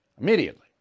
Immediately